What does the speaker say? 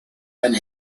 and